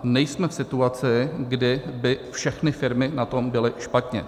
Nejsme v situaci, kdy by všechny firmy na tom byly špatně.